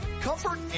comfort